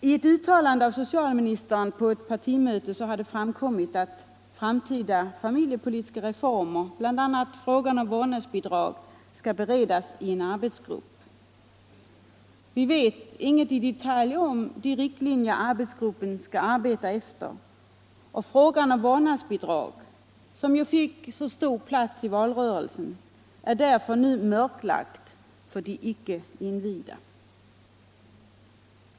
Av ett uttalande av socialministern på ett partimöte har det framgått att framtida familjepolitiska reformer, bl.a. frågan om vårdnadsbidrag, skall beredas i en arbetsgrupp. Vi vet ingenting i detalj om de riktlinjer arbetsgruppen skall arbeta efter, och frågan om vårdnadsbidrag, som fick så stor plats i valrörelsen, är därför nu mörklagd för de icke invigda.